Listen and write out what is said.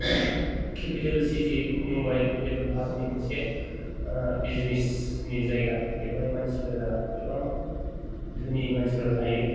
capital city Mumbai भारतनि मोनसे बिजिनिसनि जायगा बेवहाय मानसिफ्रा गोबां धोनि मानसिफ्रा थायो